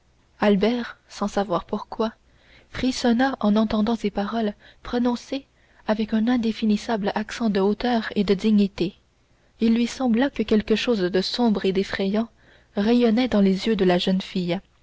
albert sans savoir pourquoi frissonna en entendant ces paroles prononcées avec un indéfinissable accent de hauteur et de dignité il lui sembla que quelque chose de sombre et d'effrayant rayonnait dans les yeux de la jeune fille